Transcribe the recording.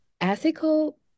ethical